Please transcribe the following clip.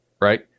right